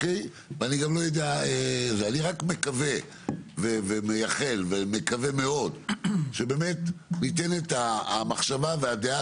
אני רק מקווה ומייחל ומקווה מאוד שניתן את המחשבה והדעה